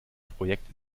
projekt